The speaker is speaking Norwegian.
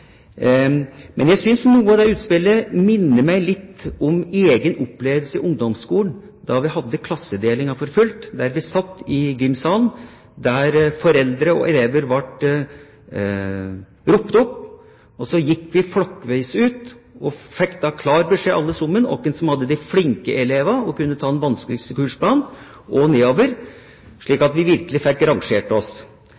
Noe av det utspillet minner meg imidlertid litt om egen opplevelse i ungdomsskolen, da vi hadde klassedelinga for fullt, der vi satt i gymsalen, der foreldre og elever ble ropt opp, og så gikk vi flokkvis ut og fikk klar beskjed alle sammen om hvem som hadde de flinke elevene og kunne ta den vanskeligste kursplanen, og nedover, slik